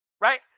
right